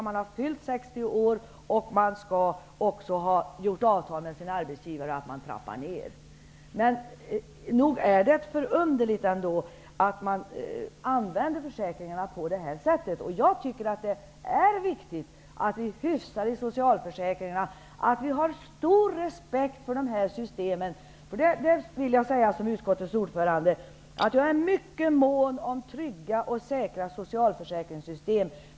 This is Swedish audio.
Man skall ha fyllt 60 år och ha avtalat med sin arbetsgivare om att trappa ned. Nog är det förunderligt ändå att man använder försäkringarna på det här sättet. Jag tycker att det är viktigt att vi hyfsar i socialförsäkringarna och att vi har stor respekt för de här systemen. Som utskottets ordförande vill jag säga att jag är mycket mån om trygga och säkra socialförsäkringssystem.